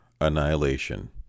annihilation